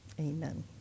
amen